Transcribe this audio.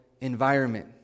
Environment